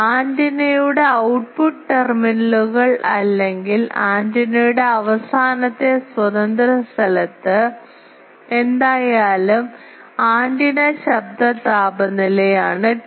ആന്റിനയുടെ ഔട്ട്പുട്ട് ടെർമിനലുകൾ അല്ലെങ്കിൽ ആന്റിനയുടെ അവസാനത്തെ സ്വതന്ത്ര സ്ഥലത്ത് എന്തായാലും ആന്റിന ശബ്ദ താപനിലയാണ് TA